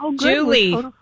Julie